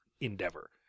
endeavor